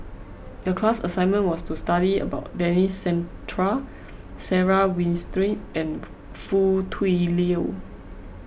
the class assignment was to study about Denis Santry Sarah Winstedt and Foo Tui Liew